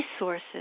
resources